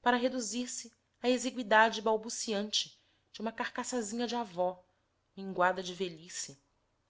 para reduzir-se à exigüidade balbuciante de uma carcaçazinha de avó minguada de velhice